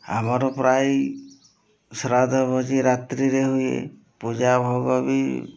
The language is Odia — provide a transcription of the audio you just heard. ଆମର ପ୍ରାୟ ଶ୍ରାଦ୍ଧ ଭୋଜି ରାତ୍ରିରେ ହୁଏ ପୂଜା ଭୋଗ ବି